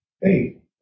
Hey